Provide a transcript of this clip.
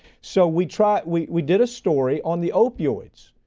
so we try, we we did a story on the opioids.